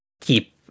keep